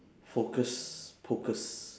focus pocus